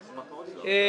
הזה,